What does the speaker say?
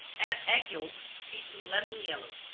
add egg yolks beaten lemon-yellow,